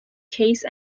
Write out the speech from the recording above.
case